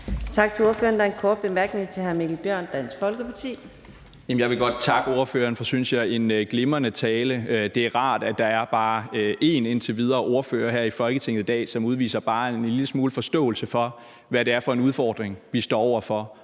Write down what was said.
Tak til ordføreren. Der er en kort bemærkning til hr. Mikkel Bjørn, Dansk Folkeparti. Kl. 14:50 Mikkel Bjørn (DF): Jeg vil godt takke ordføreren for en, synes jeg, glimrende tale. Det er rart, at der – i hvert fald indtil videre – er bare én ordfører her i Folketinget i dag, som udviser bare en lille smule forståelse for, hvad det er for en udfordring, vi står over for,